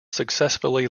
successfully